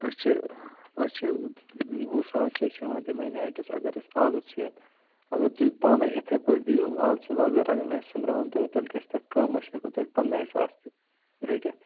أسۍ چھِ أسۍ چھِ وُہ ساس چھِ أسۍ ہٮ۪وان تَمہِ آیہِ نایٹَس اَگر أسۍ آلُژ ہٮ۪تھ اَگر تُہۍ پانٕے اِتھٕے پٲٹھۍ دِیُو آلٕژ وَغٲر اَگر نہٕ اَسہِ سوٚمبراوُن پٮ۪و تیٚلہِ گژھِ تَتھ کَم أسۍ ہٮ۪کَو تیٚلہِ پَنٛدٕہے ساس تہِ رٔٹِتھ